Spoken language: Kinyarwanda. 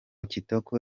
kitoko